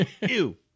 Ew